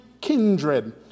kindred